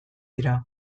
dira